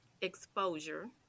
exposure